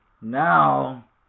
now